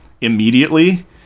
immediately